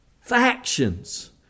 factions